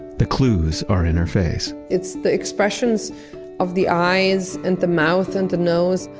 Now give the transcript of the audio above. the clues are in her face. it's the expressions of the eyes, and the mouth and nose.